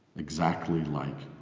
exactly like